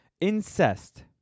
Incest